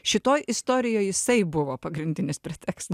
šitoj istorijoj jisai buvo pagrindinis preteksta